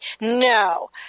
No